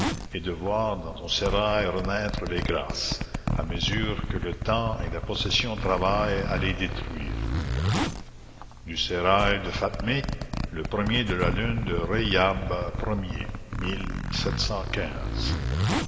et de voir dans ton sérail renaître les grâces à mesure que le temps et la possession travaillent à les détruire du sérail de fatmé le premier de la lune de